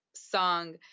song